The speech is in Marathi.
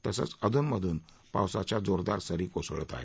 तसंच अधून मधून पावसाच्या जोरदार सरी कोसळत आहेत